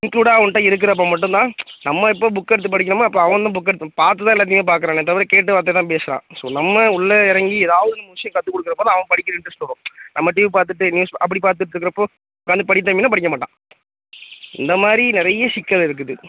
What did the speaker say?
இன்க்ளூடாக அவன்கிட்ட இருக்கிறப்ப மட்டுந்தான் நம்ம இப்போ புக் எடுத்து படிக்கணுமோ அப்போ அவனும் புக் எடுத்து பார்த்து தான் எல்லாத்தையும் பார்க்குறானே தவிர கேட்ட வார்த்தை தான் பேசுறான் ஸோ நம்ம உள்ளே இறங்கி எதாவது ஒன்று முடிச்சு கற்றுக்குடுக்குறப்ப தான் அவன் படிக்க இன்ட்ரஸ்ட் வரும் நம்ம டிவி பார்த்துட்டு நியூஸ் அப்படி பார்த்துட்டு இருக்கப்போ வந்து படி தம்பின்னா படிக்க மாட்டான் இந்த மாதிரி நிறைய சிக்கல் இருக்குது